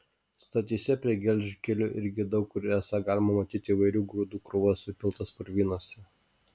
stotyse prie gelžkelių irgi daug kur esą galima matyti įvairių grūdų krūvas supiltas purvynuose